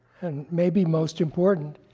and maybe most important,